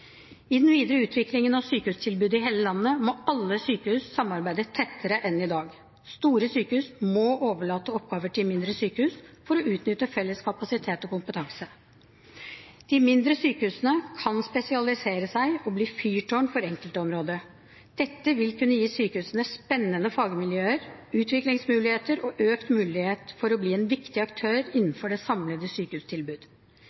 I den videre utviklingen av sykehustilbudet i hele landet må alle sykehus samarbeide tettere enn i dag. Store sykehus må overlate oppgaver til mindre sykehus for å utnytte felles kapasitet og kompetanse. De mindre sykehusene kan spesialisere seg og bli fyrtårn for enkeltområder. Dette vil kunne gi sykehusene spennende fagmiljøer, utviklingsmuligheter og økt mulighet for å bli en viktig aktør